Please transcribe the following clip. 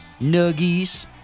Nuggies